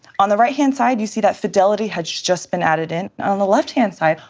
on the right-hand side, you see that fidelity has just been added in. on the left-hand side,